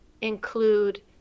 include